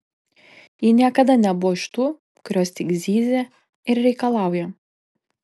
ji niekada nebuvo iš tų kurios tik zyzia ir reikalauja